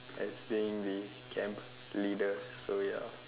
as being the camp leader so ya